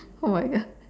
oh my god